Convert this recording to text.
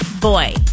boy